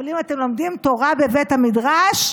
אבל אם אתם לומדים תורה בבית המדרש,